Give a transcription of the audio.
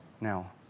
now